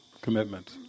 commitment